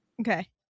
Okay